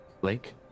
Blake